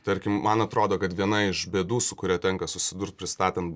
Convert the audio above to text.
tarkim man atrodo kad viena iš bėdų su kuria tenka susidurt pristatan